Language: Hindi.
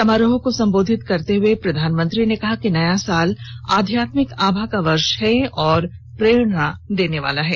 समारोह को संबोधित करते हुए प्रधानमंत्री ने कहा कि नया साल आध्यात्मिक आभा का वर्ष है और प्रेरणा देने वाला है